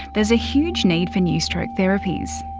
there's a huge need for new stroke therapies.